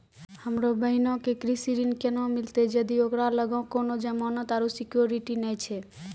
हमरो बहिनो के कृषि ऋण केना मिलतै जदि ओकरा लगां कोनो जमानत आरु सिक्योरिटी नै छै?